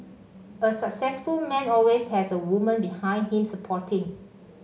a successful man always has a woman behind him supporting